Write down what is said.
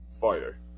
fire